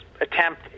attempt